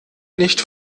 nicht